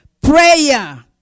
Prayer